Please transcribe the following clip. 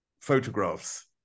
photographs